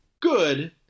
Good